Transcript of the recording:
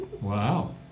wow